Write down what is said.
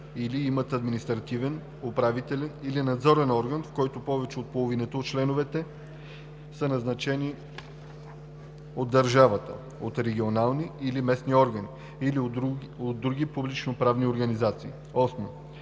или имат административен, управителен или надзорен орган, в който повече от половината от членовете са назначени от държавата, от регионални или местни органи или от други публично-правни организации. 8.